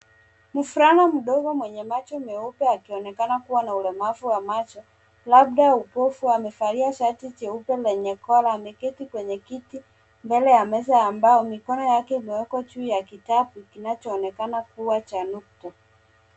Mvulana mdogo mwenye macho meupe akionekana kuwa na ulemavu wa macho labda upovu. Amevalia shati nyeupe lenye collar .Ameketi kwenye kiti mbele ya meza ya mbao. Mikono yake imewekwa juu ya kitabu kinachoonekana kuwa cha nukta.